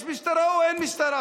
יש משטרה או אין משטרה?